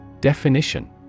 Definition